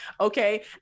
Okay